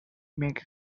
make